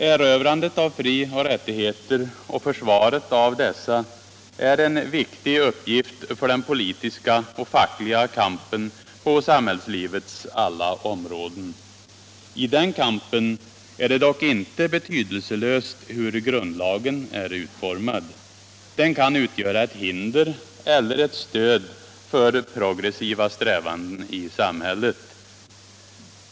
Erövrandet av frioch rättigheter och försvaret av dessa är en viktig uppgift för den politiska och fackliga kampen på samhällslivets alla om råden. I den kampen är det dock inte betydelselöst hur grundlagen är utformad. Den kan utgöra ett hinder eller ett stöd för progressiva strävanden i samhället.